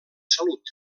salut